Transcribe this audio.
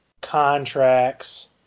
contracts